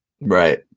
right